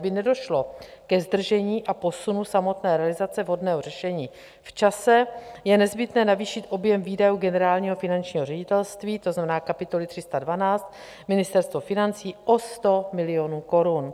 Aby nedošlo ke zdržení a posunu samotné realizace vhodného řešení v čase, je nezbytné navýšit objem výdajů Generálního finančního ředitelství, to znamená kapitoly 312 Ministerstvo financí, o 100 milionů korun.